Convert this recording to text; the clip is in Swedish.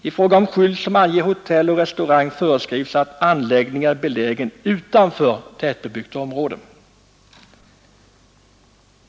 I fråga om skylt som anger hotell och restaurang förskrivs att anläggningen är belägen utanför tättbebyggt område.